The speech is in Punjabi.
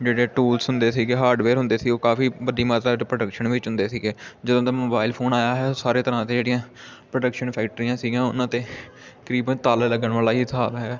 ਜਿਹੜੇ ਟੂਲਸ ਹੁੰਦੇ ਸੀਗੇ ਹਾਰਡਵੇਅਰ ਹੁੰਦੇ ਸੀ ਉਹ ਕਾਫੀ ਵੱਡੀ ਮਾਤਰਾ ਪ੍ਰੋਡਕਸ਼ਨ ਵਿੱਚ ਹੁੰਦੇ ਸੀਗੇ ਜਦੋਂ ਦਾ ਮੋਬਾਈਲ ਫੋਨ ਆਇਆ ਹੈ ਸਾਰੇ ਤਰ੍ਹਾਂ ਦੇ ਜਿਹੜੀਆਂ ਪ੍ਰੋਡਕਸ਼ਨ ਫੈਕਟਰੀਆਂ ਸੀਗੀਆਂ ਉਹਨਾਂ 'ਤੇ ਤਕਰੀਬਨ ਤਾਲਾ ਲੱਗਣ ਵਾਲਾ ਹੀ ਹਿਸਾਬ ਹੈ